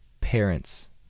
parents